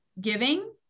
giving